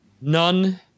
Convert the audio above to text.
None